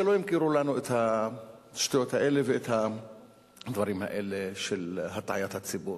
שלא ימכרו לנו את השטויות האלה ואת הדברים האלה של הטעיית הציבור.